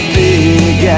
big